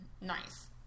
nice